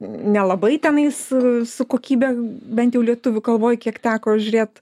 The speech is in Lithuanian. nelabai tenais su kokybe bent jau lietuvių kalboj kiek teko žiūrėt